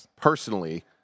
personally